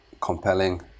compelling